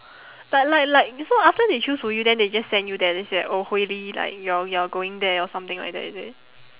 but like like so after they choose for you then they just send you there then say like oh hui li like you're you're going there or something like that is it